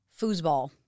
Foosball